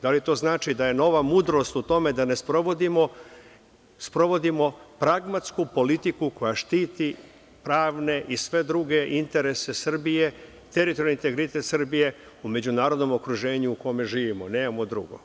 Da li to znači da je nova mudrost o tome da ne sprovodimo pragmatsku politiku koja štiti pravne i sve druge interese Srbije, teritorijalni integritet Srbije u međunarodnom okruženju u kome živimo, nemamo drugo.